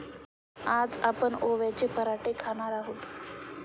आज आपण ओव्याचे पराठे खाणार आहोत